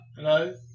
Hello